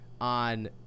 On